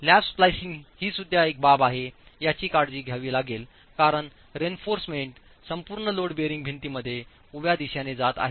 lap splicing ही सुद्धा एक बाब आहे याची काळजी घ्यावी लागेल कारण रीइन्फोर्समेंट संपूर्ण लोड बियरींग भिंतींमध्येउभ्यादिशेनेजात आहे